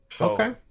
Okay